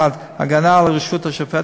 1. הגנה על הרשות השופטת,